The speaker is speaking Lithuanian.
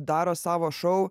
daro savo šou